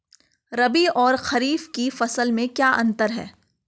रबी और खरीफ की फसल में क्या अंतर है?